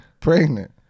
Pregnant